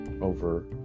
over